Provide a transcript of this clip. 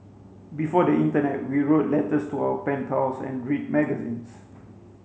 before the internet we wrote letters to our pen pals and read magazines